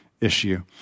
issue